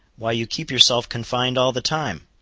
why you keep yourself confined all the time!